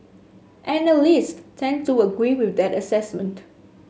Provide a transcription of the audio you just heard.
analyst tend to agree with that assessment